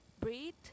breathe